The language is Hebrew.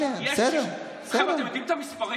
שהפשיעה, חבר'ה, אתם יודעים את המספרים.